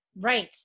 Right